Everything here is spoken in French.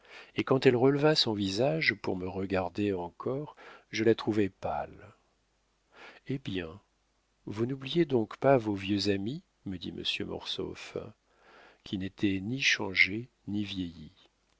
et quand elle releva son visage pour me regarder encore je la trouvai pâle hé bien vous n'oubliez donc pas vos vieux amis me dit monsieur de mortsauf qui n'était ni changé ni vieilli